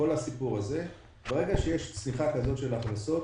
כל הסיפור הזה, ברגע שיש צניחה כזאת של הכנסות,